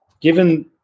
given